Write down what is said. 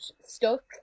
stuck